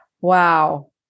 Wow